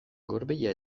gorbeia